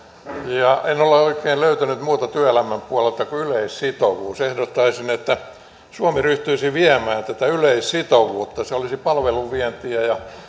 ja en ole ole oikein löytänyt työelämän puolelta muuta kuin yleissitovuuden ehdottaisin että suomi ryhtyisi viemään tätä yleissitovuutta se olisi palveluvientiä ja